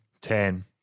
Ten